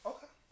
Okay